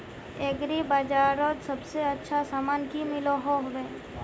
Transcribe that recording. Agri बजारोत सबसे अच्छा सामान की मिलोहो होबे?